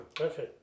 Okay